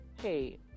Hey